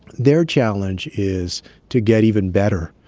their challenge is to get even better,